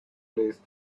place